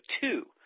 two